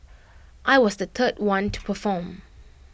I was the third one to perform